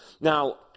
Now